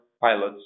pilots